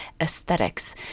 aesthetics